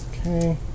Okay